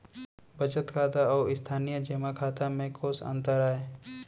बचत खाता अऊ स्थानीय जेमा खाता में कोस अंतर आय?